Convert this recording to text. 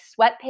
sweatpants